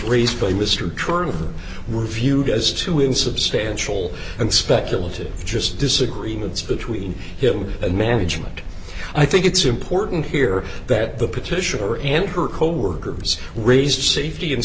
raised by mr truly were viewed as too insubstantial and speculative just disagreements between him and management i think it's important here that the petitioner and her coworkers raised safety and